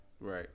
Right